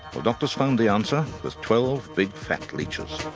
well doctors found the answer with twelve big fat leeches.